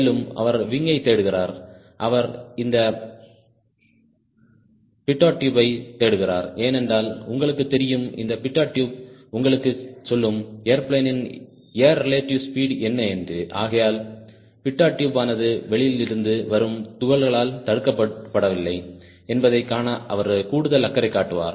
மேலும் அவர் விங்யை தேடுகிறார் அவர் இந்த பிடோட் ட்யூப் யைத் தேடுகிறார் ஏனென்றால் உங்களுக்குத் தெரியும் இந்த பிடோட் ட்யூப் உங்களுக்குச் சொல்லும் ஏர்பிளேனின் ஏர் ரிலேட்டிவ் ஸ்பீட் என்ன என்று ஆகையால் பிடோட் ட்யூப் ஆனது வெளியிலிருந்து வரும் துகள்களால் தடுக்கப்படவில்லை என்பதைக் காண அவர் கூடுதல் அக்கறை காட்டுவார்